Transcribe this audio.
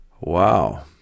Wow